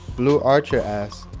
bluearcher ask,